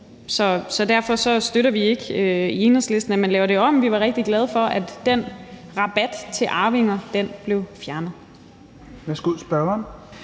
Så derfor støtter vi ikke i Enhedslisten, at man laver det om. Vi var rigtig glade for, at den rabat til arvinger blev fjernet.